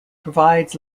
provides